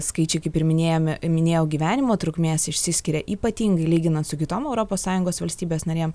skaičiai kaip ir minėjome minėjau gyvenimo trukmės išsiskiria ypatingai lyginant su kitom europos sąjungos valstybės narėm